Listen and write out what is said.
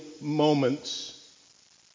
moments